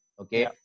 Okay